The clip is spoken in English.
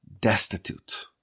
destitute